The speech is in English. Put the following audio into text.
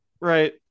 Right